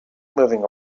moving